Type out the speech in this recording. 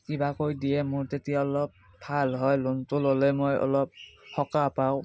কিবাকৈ দিয়ে মোৰ তেতিয়া অলপ ভাল হয় লোনটো ল'লে মই অলপ সকাহ পাওঁ